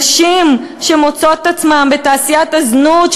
נשים שמוצאות את עצמן בתעשיית הזנות,